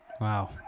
wow